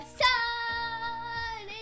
sun